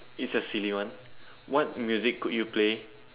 it's a silly one what music could you play